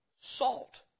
Salt